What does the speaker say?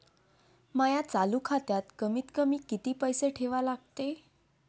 माया चालू खात्यात कमीत कमी किती पैसे ठेवा लागते?